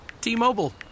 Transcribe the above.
T-Mobile